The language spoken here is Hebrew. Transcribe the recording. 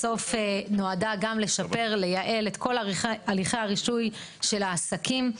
הרפורמה נועדה לשפר ולייעל את כל הליכי הרישוי של העסקים,